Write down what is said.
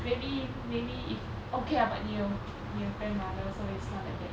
maybe maybe if okay lah but 你有你有 grandmother so it's not that bad